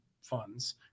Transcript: funds